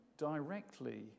Directly